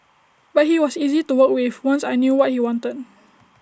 but he was easy to work with once I knew what he wanted